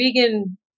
vegan